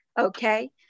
Okay